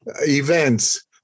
events